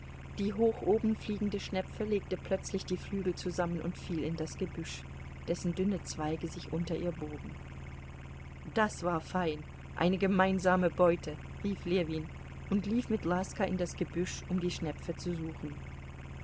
die hoch oben fliegende schnepfe legte plötzlich die flügel zusammen und fiel in das gebüsch dessen dünne zweige sich unter ihr bogen das war fein eine gemeinsame beute rief ljewin und lief mit laska in das gebüsch um die schnepfe zu suchen